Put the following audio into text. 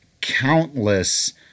countless